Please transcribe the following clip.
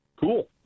Cool